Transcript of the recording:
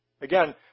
Again